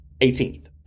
18th